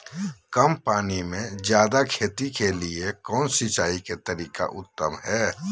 कम पानी में जयादे खेती के लिए कौन सिंचाई के तरीका उत्तम है?